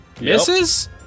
Misses